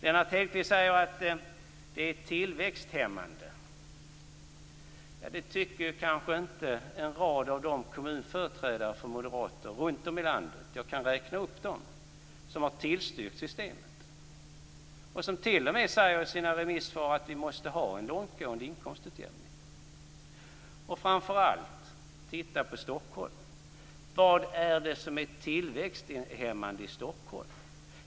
Lennart Hedquist säger att det är tillväxthämmande. Det tycker kanske inte en rad kommunföreträdare från Moderaterna runtom i landet - jag kan räkna upp dem - som har tillstyrkt systemet. De säger t.o.m. i sina remissvar att vi måste ha en långtgående inkomstutjämning. Titta framför allt på Stockholm. Vad är det som är tillväxthämmande i Stockholm?